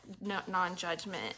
non-judgment